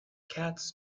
cats